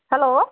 hello